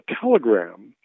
telegram